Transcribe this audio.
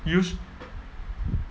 you sh~